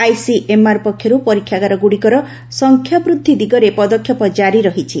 ICMR ପକ୍ଷରୁ ପରୀକ୍ଷାଗାରଗୁଡ଼ିକର ସଂଖ୍ୟାବୃଦ୍ଧି ଦିଗରେ ପଦକ୍ଷେପ ଜାରି ରହିଛି